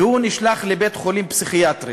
והוא נשלח לבית-חולים פסיכיאטרי